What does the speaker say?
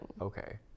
okay